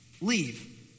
Leave